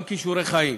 גם כישורי חיים.